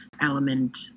element